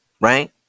Right